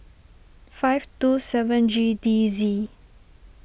five two seven G D Z